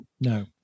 No